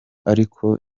ariko